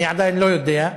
אני עדיין לא יודע.